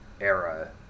era